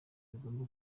bigomba